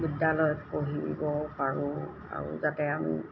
বিদ্যালয়ত পঢ়িব পাৰোঁ আৰু যাতে আমি